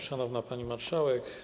Szanowna Pani Marszałek!